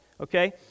Okay